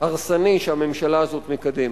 הרסני שהממשלה הזאת מקדמת.